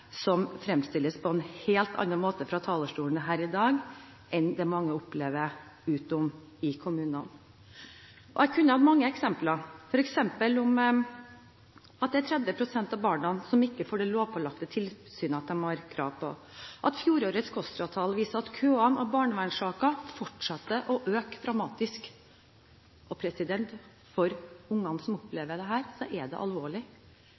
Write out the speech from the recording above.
fremstilles på en helt annen måte fra talerstolen her i dag, enn det mange opplever ute i kommunene. Jeg kunne nevnt mange eksempler, f.eks. at det er 30 pst. av barna som ikke får det lovpålagte tilsynet de har krav på, at fjorårets KOSTRA-tall viser at køene av barnevernssaker fortsetter å øke dramatisk. For ungene som opplever dette, er det alvorlig.